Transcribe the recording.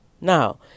Now